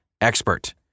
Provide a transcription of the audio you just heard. expert